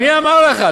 מי אמר לך?